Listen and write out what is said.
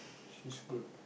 she's good